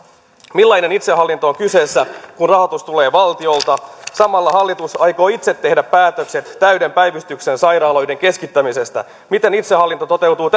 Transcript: millainen itsehallinto on kyseessä kun rahoitus tulee valtiolta samalla hallitus aikoo itse tehdä päätökset täyden päivystyksen sairaaloiden keskittämisestä miten itsehallinto toteutuu